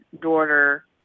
daughter